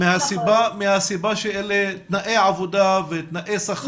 בגלל תנאי העבודה ותנאי השכר.